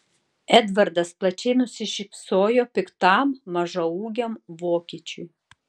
edvardas plačiai nusišypsojo piktam mažaūgiam vokiečiui